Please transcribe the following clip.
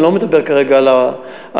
אני לא מדבר כרגע על המחוזות,